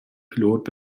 pilot